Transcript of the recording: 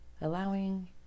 allowing